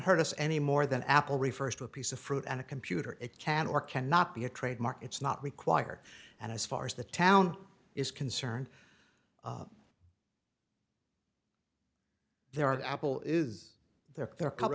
hurt us any more than apple refers to a piece of fruit and a computer it can or cannot be a trademark it's not required and as far as the town is concerned there apple is there are couple